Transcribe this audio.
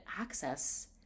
access